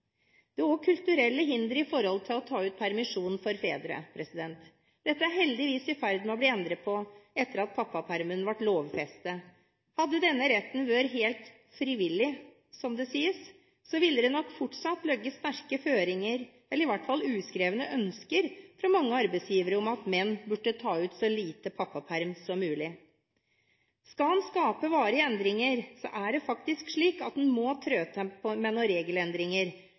Det er også kulturelle hindre når det gjelder å ta ut permisjon for fedre. Dette er heldigvis i ferd med å bli endret etter at pappapermen ble lovfestet. Hadde denne retten vært helt «frivillig» – som det sies – ville det nok fortsatt ha ligget sterke føringer, eller i hvert fall uskrevne ønsker, fra mange arbeidsgivere om at menn burde ta ut så lite pappaperm som mulig. Skal en skape varige endringer, er det faktisk slik at en må trå til med noen regelendringer.